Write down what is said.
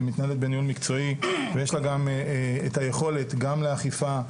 שמתנהלת בניהול מקצועי ויש לה גם את היכולת גם לאכיפה,